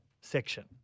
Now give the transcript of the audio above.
section